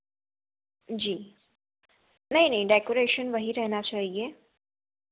जी नहीं नहीं डेकोरेशन वही रहना चाहिए